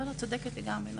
לא, צודקת לגמרי.